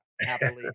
happily